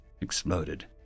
exploded